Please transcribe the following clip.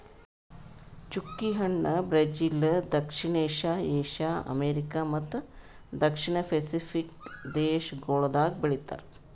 ಚ್ಚುಕಿ ಹಣ್ಣ ಬ್ರೆಜಿಲ್, ದಕ್ಷಿಣ ಏಷ್ಯಾ, ಏಷ್ಯಾ, ಅಮೆರಿಕಾ ಮತ್ತ ದಕ್ಷಿಣ ಪೆಸಿಫಿಕ್ ದೇಶಗೊಳ್ದಾಗ್ ಬೆಳಿತಾರ್